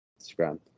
Instagram